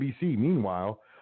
meanwhile